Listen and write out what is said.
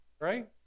Right